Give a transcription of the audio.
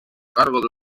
cargo